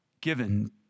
given